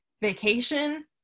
vacation